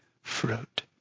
fruit